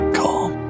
calm